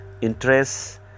interests